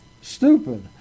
stupid